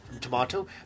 tomato